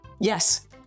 Yes